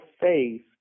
faith